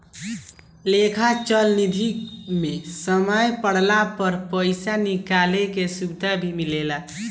लेखा चल निधी मे समय पड़ला पर पइसा निकाले के सुविधा भी मिलेला